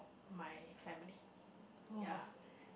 my family ya